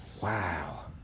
Wow